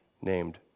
named